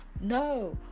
no